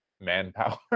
manpower